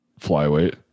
flyweight